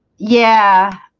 yeah